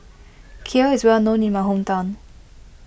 Kheer is well known in my hometown